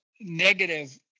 negative